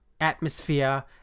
atmosphere